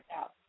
out